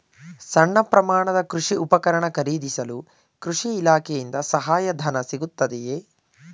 ಸಣ್ಣ ಪ್ರಮಾಣದ ಕೃಷಿ ಉಪಕರಣ ಖರೀದಿಸಲು ಕೃಷಿ ಇಲಾಖೆಯಿಂದ ಸಹಾಯಧನ ಸಿಗುತ್ತದೆಯೇ?